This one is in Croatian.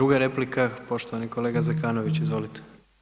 Druga replika, poštovani kolega Zekanović, izvolite.